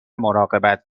مراقبت